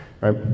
Right